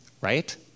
Right